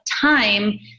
time